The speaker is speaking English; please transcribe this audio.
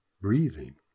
breathing